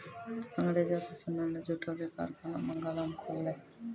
अंगरेजो के समय मे जूटो के कारखाना बंगालो मे खुललै